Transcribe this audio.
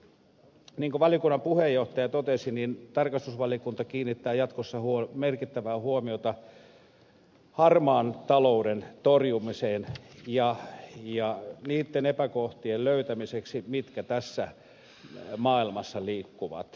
niin kuin valiokunnan puheenjohtaja totesi tarkastusvaliokunta kiinnittää jatkossa merkittävää huomiota harmaan talouden torjumiseen niitten epäkohtien löytämiseksi mitkä tässä maailmassa liikkuvat